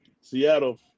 Seattle